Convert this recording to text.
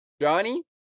Johnny